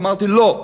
אמרתי: לא.